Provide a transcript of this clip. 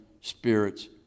spirits